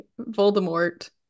Voldemort